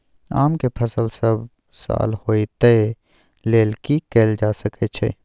आम के फसल सब साल होय तै लेल की कैल जा सकै छै?